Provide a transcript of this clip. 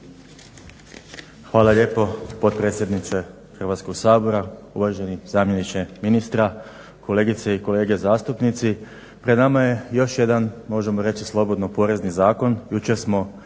Hvala lijepo potpredsjedniče Hrvatskog sabora. Uvaženi zamjeniče ministra, kolegice i kolege zastupnici. Pred nama je još jedan možemo reći slobodno porezni zakon. Jučer smo